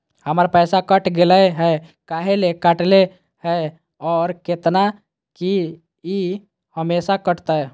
हमर पैसा कट गेलै हैं, काहे ले काटले है और कितना, की ई हमेसा कटतय?